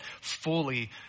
fully